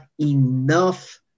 enough